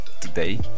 today